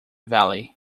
valley